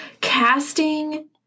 casting